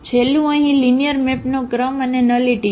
છેલ્લું અહીં લિનિયર મેપનો ક્રમ અને નલિટી છે